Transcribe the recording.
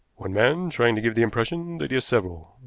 one man trying to give the impression that he is several.